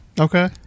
okay